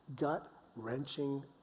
Gut-wrenching